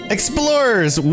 Explorers